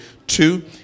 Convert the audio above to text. Two